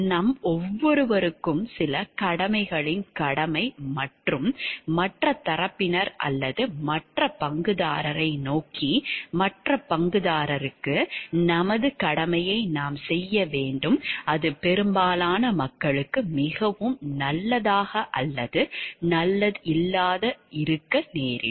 நம் ஒவ்வொருவருக்கும் சில கடமைகளின் கடமை மற்றம் மற்ற தரப்பினர் அல்லது மற்ற பங்குதாரரை நோக்கி மற்ற பங்குதாரருக்கு நமது கடமையை நாம் செய்ய வேண்டும் அது பெரும்பாலான மக்களுக்கு மிகவும் நல்லதாக அல்லது நல்லது இல்லாத இருக்க நேரிடும்